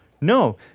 No